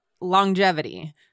longevity